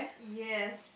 yes